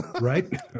right